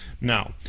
now